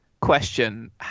question